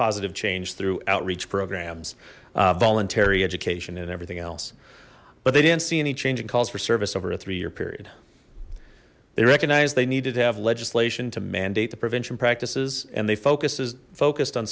positive change through outreach programs voluntary education and everything else but they didn't see any change in calls for service over a three year period they recognized they needed to have legislation to mandate the prevention practices and they focus is focused on